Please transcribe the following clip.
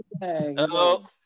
Hello